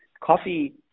Coffee